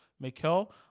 Mikel